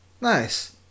Nice